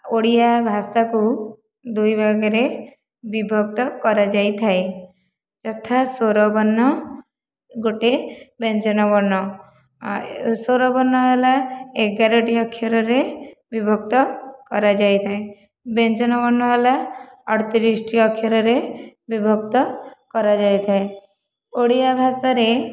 ଓଡ଼ିଆ ଭାଷାକୁ ଦୁଇ ଭାଗରେ ବିଭକ୍ତ କରାଯାଇଥାଏ ଯଥା ସ୍ୱରବର୍ଣ୍ଣ ଗୋଟିଏ ବ୍ୟଞ୍ଜନ ବର୍ଣ୍ଣ ସ୍ୱରବର୍ଣ୍ଣ ହେଲା ଏଗାରଟି ଅକ୍ଷରରେ ବିଭକ୍ତ କରାଯାଇଥାଏ ବ୍ୟଞ୍ଜନ ବର୍ଣ୍ଣ ହେଲା ଅଠତିରିଶଟି ଅକ୍ଷରରେ ବିଭକ୍ତ କରାଯାଇଥାଏ ଓଡ଼ିଆ ଭାଷାରେ